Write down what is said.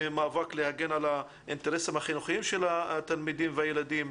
מאבק להגן על האינטרסים החינוכיים של התלמידים והילדים.